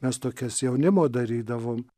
mes tokias jaunimo darydavom